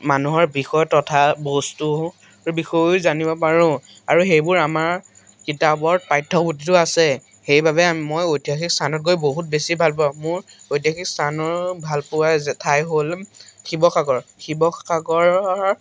মানুহৰ বিষয় তথা বস্তু বিষয়েও জানিব পাৰোঁ আৰু সেইবোৰ আমাৰ কিতাপৰ পাঠ্যপুথিটো আছে সেইবাবে মই ঐতিহাসিক স্থানত গৈ বহুত বেছি ভাল পাওঁ মোৰ ঐতিহাসিক স্থানৰ ভালপোৱা যে ঠাই হ'ল শিৱসাগৰ শিৱসাগৰৰ